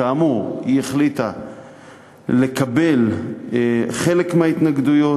כאמור, היא החליטה לקבל חלק מההתנגדויות.